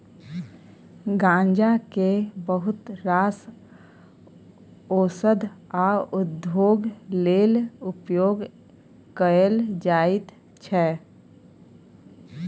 गांजा केँ बहुत रास ओषध आ उद्योग लेल उपयोग कएल जाइत छै